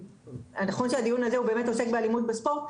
נכון שהדיון הזה הוא באמת עוסק באלימות בספורט,